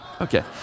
Okay